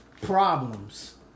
problems